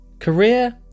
Career